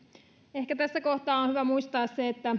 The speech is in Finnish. ehkä tässä kohtaa on hyvä muistaa se